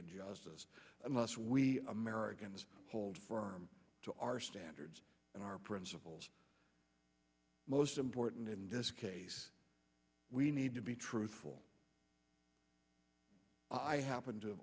and justice unless we americans hold firm to our standards and our principles most important in this case we need to be truthful i happen to have